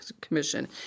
Commission